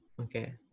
okay